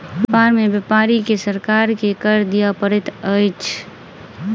व्यापार में व्यापारी के सरकार के कर दिअ पड़ैत अछि